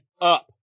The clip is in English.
up